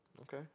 Okay